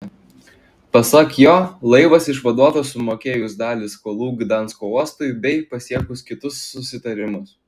pasak jo laivas išvaduotas sumokėjus dalį skolų gdansko uostui bei pasiekus kitus susitarimus